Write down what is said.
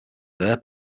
their